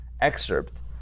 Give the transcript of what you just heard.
excerpt